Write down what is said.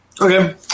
Okay